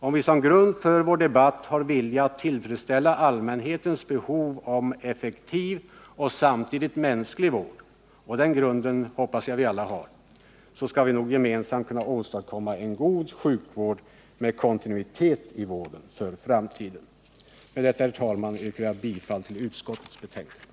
Om vi som grund för vår debatt har viljan att tillfredsställa allmänhetens behov av en effektiv och samtidigt mänsklig vård — och den grunden hoppas jag att vi alla har — skall vi nog gemensamt för framtiden kunna åstadkomma en god sjukvård med kontinuitet i vården. Med detta, herr talman, vill jag yrka bifall till utskottets hemställan.